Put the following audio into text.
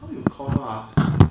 how you cough up ah